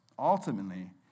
ultimately